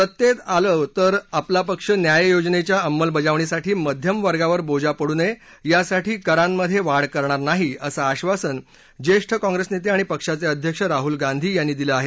सत्तेत आल्यास आपला पक्ष न्याय योजनेच्या अंमलबजावणीसाठी मध्यम वर्गावर बोजा पडू नये यासाठी करांमध्ये वाढ करणार नाही असं आश्वासन ज्येष्ठ काँग्रेस नेते आणि पक्षाचे अध्यक्ष राहूल गांधी यांनी दिलं आहे